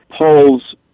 polls